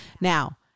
Now